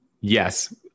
yes